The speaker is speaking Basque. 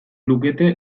lukete